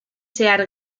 zehar